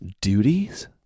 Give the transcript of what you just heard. Duties